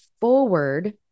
forward